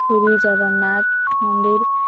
ପୁରୀ ଜଗନ୍ନାଥ ମନ୍ଦିର